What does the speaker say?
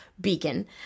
Beacon